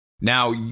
Now